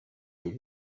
les